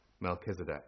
Melchizedek